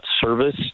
service